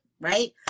Right